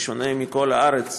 בשונה מכל הארץ,